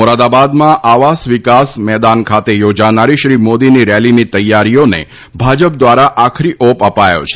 મોરાદાબાદમાં આવાસ વિકાસ મેદાન ખાતે યોજાનારી શ્રી મોદીની રેલીની તૈયારીઓને ભાજપ દ્વારા આખરી ઓપ અપાયો છે